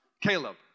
Caleb